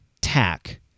tack